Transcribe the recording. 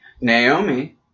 Naomi